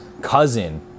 cousin